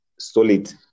solid